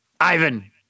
Ivan